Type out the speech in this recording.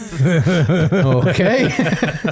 Okay